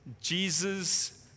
Jesus